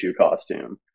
costume